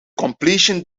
completion